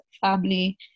family